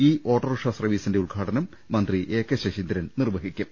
E autorickshaw സർവീസിന്റെ ഉദ്ഘാടനം മന്ത്രി എ കെ ശശീന്ദ്രൻ നിർവ ഹിക്കും